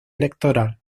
electoral